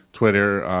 twitter,